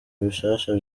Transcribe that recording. bishasha